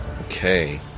Okay